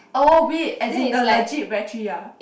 oh wait as in the legit battery ah